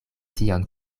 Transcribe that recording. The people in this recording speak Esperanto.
tion